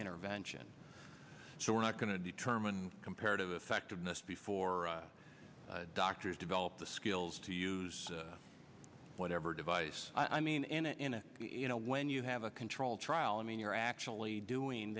intervention so we're not going to determine comparative effectiveness before doctors develop the skills to use whatever device i mean in a in a you know when you have a control trial i mean you're actually